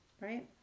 right